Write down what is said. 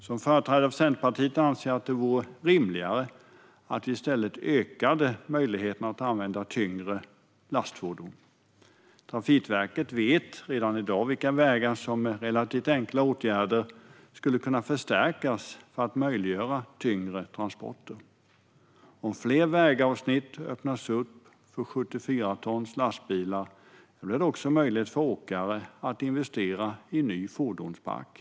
Som företrädare för Centerpartiet anser jag att det vore rimligare att vi i stället ökade möjligheten att använda tyngre lastfordon. Trafikverket vet redan i dag vilka vägar som med relativt enkla åtgärder skulle kunna förstärkas för att göra tyngre transporter möjligt. Om fler vägavsnitt öppnas för 74-tonslastbilar blir det också möjligt för åkare att investera i en ny fordonspark.